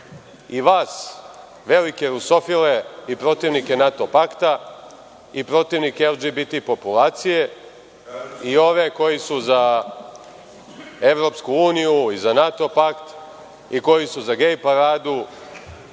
i vas velike rusofile i protivnike NATO pakta i protivnike LGBT populacije i ove koji su za EU i za NATO pakt i koji su za Gej Paradu?